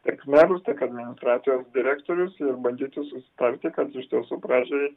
tiek merus tiek administracijos direktorius ir bandyti susitarti kad iš tiesų pradžiai